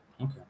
Okay